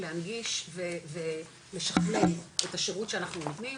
להנגיש ולשכלל את השירות שאנחנו נותנים,